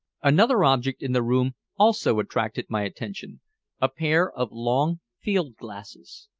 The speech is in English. another object in the room also attracted my attention a pair of long field-glasses.